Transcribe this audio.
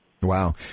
Wow